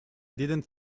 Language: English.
didn’t